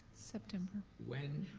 september. when.